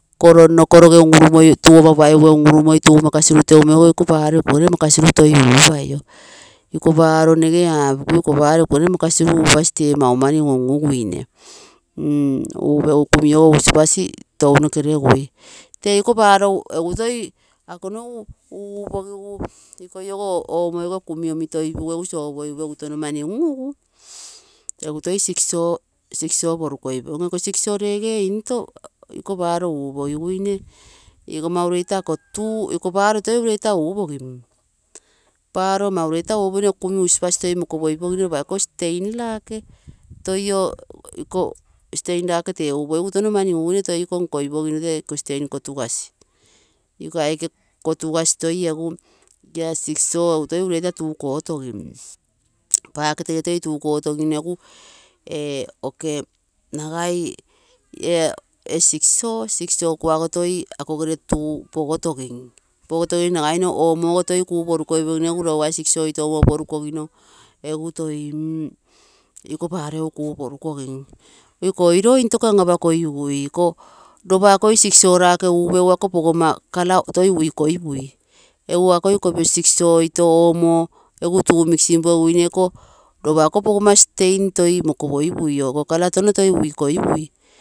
Koro nno koroge unrurumoi, tuu ama paigi eree umomoi makasine toi uupaio iko paroo nege apokui iko paro ikogere makasiru upagun tee mani nkasi. Upegu kami ogo usipasi tounoke regui tee ikoo paro egu ako nogu upegu ikoi ogo omo iko kami omitoi pugu egu sopoi upegu tono mani ngu ugu egu toi sicso porukoi pogim, iko sicso lege into inko paroo upogiguine iko ama ureita ako tuu iko paro toi ureita upogim. Paro ama ureita uposino iko kumi usipasi mokopoi pogino toi ako stain nake toi oo upogigu touno mani ungugui, toi iko kotugasi toi ooo sicso egu weita tuu kotogim. Paketegere toi tua kotogino ee okenagain ee sicso kuago nagai ikogere tuu pogotogim pogotogino nagaimo omo ogo toi ku poru kos pogino toi lougai sicso oito omo porukogino egu toi iko paro kuu poru kogim. Iko oiro intoko an apa kogigui? Iko ropa akoi sicsora kee upegu ako pogoma color toi uikoi pai akui kopiro sicko oito omo egu tua mixing eteguine ropa ako pogoa stain toi mokopoipui ako colour touno toi uikoipui.